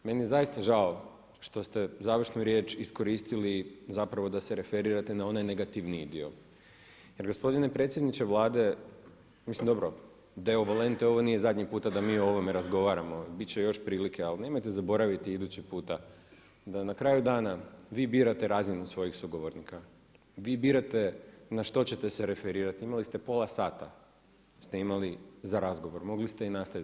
Meni je zaista žao što ste završnu riječ iskoristili da se referirate na onaj negativniji dio jer gospodine predsjedniče Vlade, mislim dobro deo valente ovo nije zadnji puta da mi o ovome razgovaramo, bit će još prilike, ali nemojte zaboraviti idući puta da na kraju dana vi birate razinu svojih sugovornika, vi birate na što ćete se referirati, imali ste pola sata za razgovor, mogli ste i nastaviti.